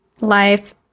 life